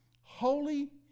holy